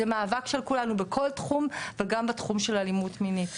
זה מאבק של כולנו בכל תחום וגם בתחום של אלימות מינית,